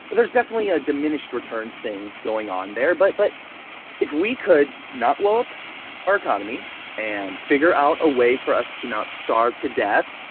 there's definitely a diminished return thing going on there. but but if we could not blow up our economy and figure out a way for us to not starve to death,